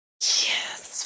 Yes